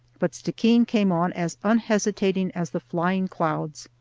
but stickeen came on as unhesitating as the flying clouds.